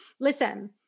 Listen